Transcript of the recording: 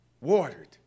watered